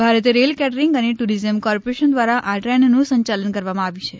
ભારતીય rail catering અને tourism corporation દ્વારા આ ટ્રેનનું સંચાલન કરવામાં આવે છે